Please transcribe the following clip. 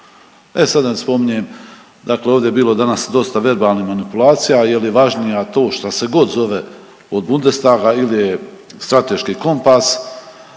E sad da ne spominje, dakle ovdje je bilo danas dosta verbalnih manipulacija je li važnija tu šta se god zove od Bundestaga ili je strateški kompas